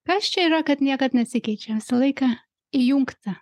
kas čia yra kad niekad nesikeičia visą laiką įjungta